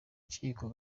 rukiko